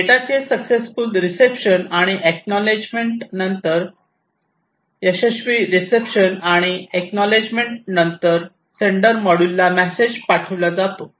डेटाचे successful reception आणि acknowledgement नंतर तर यशस्वी रिसेप्शन आणि एक्नॉलेजमेंट नंतर सेंडर मॉड्यूलला मेसेज पाठविला जातो